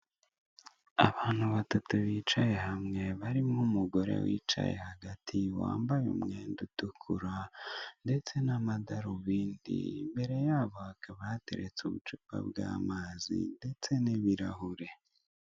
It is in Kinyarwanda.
Abantu batatu bicaye hamwe barimo umugore wicaye hagati wambaye umwenda utukura ndetse n'amadarubindi, imbere ya bo hakaba hateretse ubucupa bw'amazi ndetse n'ibirahure.